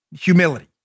humility